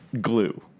glue